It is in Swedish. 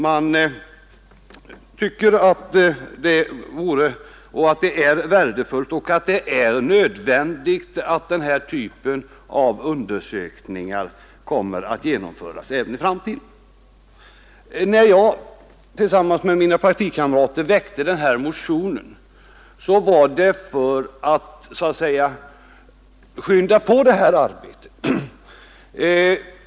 Det är värdefullt och nödvändigt att denna typ av undersökningar kommer att genomföras även i framtiden. När jag tillsammans med mina partikamrater väckte denna motion var det för att så att säga skynda på detta arbete.